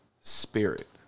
Spirit